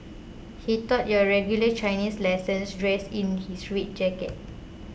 he taught your regular Chinese lessons dressed in his red jacket